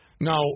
Now